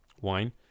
wine